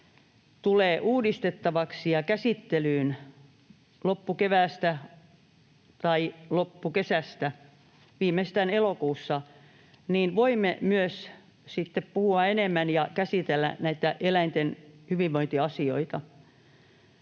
tulee uudistettavaksi ja käsittelyyn loppukeväästä tai loppukesästä, viimeistään elokuussa, niin voimme myös sitten puhua enemmän ja käsitellä näitä eläinten hyvinvointiasioita.